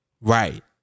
Right